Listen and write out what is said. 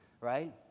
right